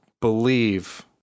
believe